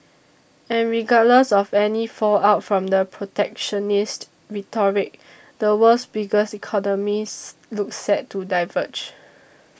and regardless of any fallout from the protectionist rhetoric the world's biggest economies look set to diverge